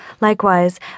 Likewise